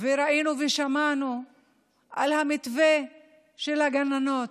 וראינו ושמענו על המתווה של הגננות.